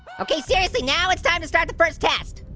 okay, seriously now it's time to start the first test.